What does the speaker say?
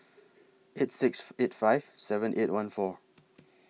eight six eight five seven eight one four